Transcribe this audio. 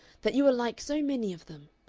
that you were like so many of them.